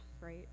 right